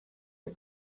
are